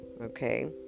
okay